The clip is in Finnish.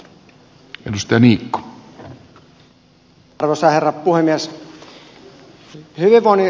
arvoisa herra puhemies